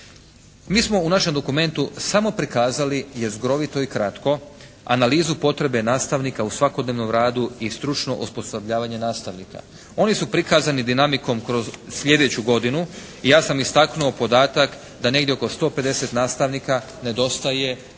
Mi smo u našem dokumentu samo prikazali jezgrovito i kratko analizu potrebe nastavnika u svakodnevnom radu i stručno osposobljavanje nastavnika. Oni su prikazani dinamikom kroz sljedeću godinu i ja sam istaknuo podatak da negdje oko 150 nastavnika nedostaje kako